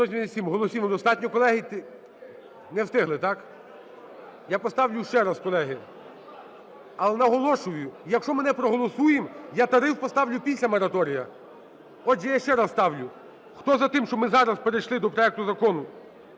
177 голосів недостатньо, колеги. Не встигли, так? Я поставлю ще раз, колеги. Але наголошую, якщо ми не проголосуємо, я тариф поставлю після мораторію. Отже, я ще раз ставлю. Хто за те, щоб ми зараз перейшли до проекту Закону